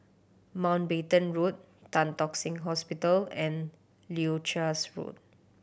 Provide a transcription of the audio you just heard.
Mountbatten Road Tan Tock Seng Hospital and Leuchars Road